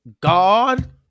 God